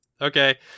Okay